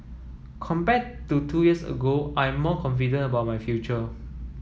compared to two years ago I'm more confident about my future